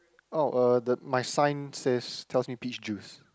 oh uh the my sign says tells me peach juice